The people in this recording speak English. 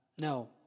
no